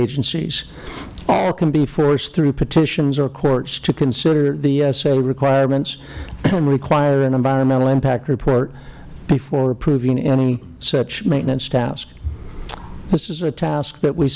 agencies all can be forced through petitions or courts to consider the esa requirements and require an environmental impact report before approving any such maintenance task this is a task that we